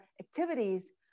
activities